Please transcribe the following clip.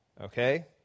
Okay